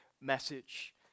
message